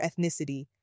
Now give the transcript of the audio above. ethnicity